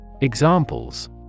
Examples